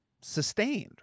sustained